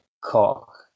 Cock